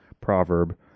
proverb